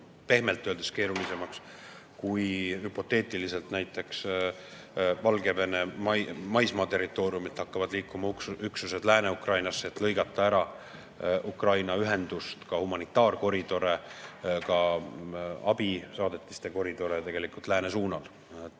pehmelt öeldes palju keerulisemaks, kui hüpoteetiliselt näiteks Valgevene maismaa territooriumilt hakkavad liikuma üksused Lääne‑Ukrainasse, et lõigata ära Ukraina ühendust, humanitaarkoridore ja ka abisaadetiste koridore lääne suunal.